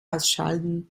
ausschalten